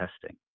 testing